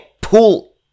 pull